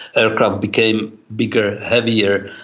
aircraft became bigger, heavier,